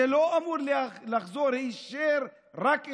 זה לא אמור לחזור היישר רק אליהם,